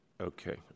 Okay